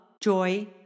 joy